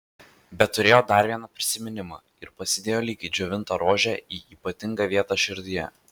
bet turėjo dar vieną prisiminimą ir pasidėjo lyg džiovintą rožę į ypatingą vietą širdyje